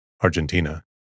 Argentina